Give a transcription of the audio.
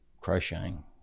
crocheting